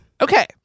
Okay